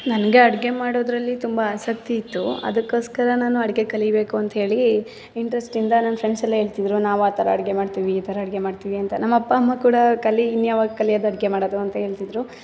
ನನಗೆ ಅಡುಗೆ ಮಾಡೋದ್ರಲ್ಲಿ ತುಂಬ ಆಸಕ್ತಿ ಇತ್ತು ಅದಕ್ಕೋಸ್ಕರ ನಾನು ಅಡುಗೆ ಕಲೀಬೇಕು ಅಂಥೇಳಿ ಇಂಟ್ರೆಸ್ಟಿಂದ ನನ್ನ ಫ್ರೆಂಡ್ಸೆಲ್ಲ ಹೇಳ್ತಿದ್ರು ನಾವು ಆ ಥರ ಅಡುಗೆ ಮಾಡ್ತೀವಿ ಈ ಥರ ಅಡುಗೆ ಮಾಡ್ತೀವಿ ಅಂತ ನಮ್ಮ ಅಪ್ಪ ಅಮ್ಮ ಕೂಡ ಕಲಿ ಇನ್ಯಾವಾಗ ಕಲಿಯೋದು ಅಡುಗೆ ಮಾಡೋದು ಅಂತ ಹೇಳ್ತಿದ್ರು